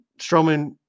Strowman